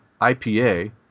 IPA